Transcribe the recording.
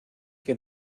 que